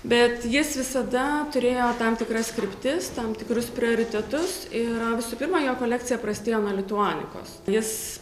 bet jis visada turėjo tam tikras kryptis tam tikrus prioritetus ir visų pirma jo kolekcija prasidėjo nuo lituanikos jis